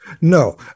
No